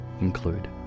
include